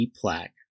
plaque